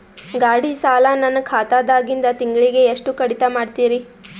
ಗಾಢಿ ಸಾಲ ನನ್ನ ಖಾತಾದಾಗಿಂದ ತಿಂಗಳಿಗೆ ಎಷ್ಟು ಕಡಿತ ಮಾಡ್ತಿರಿ?